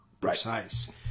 precise